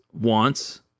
wants